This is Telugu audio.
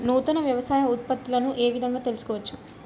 నూతన వ్యవసాయ ఉత్పత్తులను ఏ విధంగా తెలుసుకోవచ్చు?